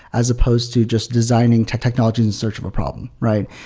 as opposed to just designing technologies in search of a problem, right?